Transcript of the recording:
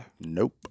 Nope